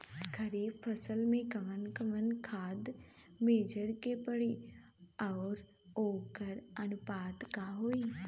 खरीफ फसल में कवन कवन खाद्य मेझर के पड़ी अउर वोकर अनुपात का होई?